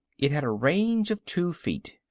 it had a range of two feet.